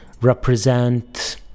represent